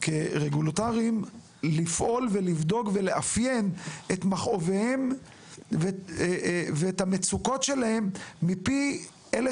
כרגולטורים לפעול ולבדוק ולאפיין את מכאוביהם ואת המצוקות שלהם מפי אלו